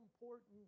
important